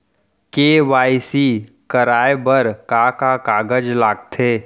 KYC कराये बर का का कागज लागथे?